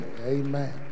Amen